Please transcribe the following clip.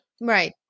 Right